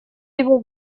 его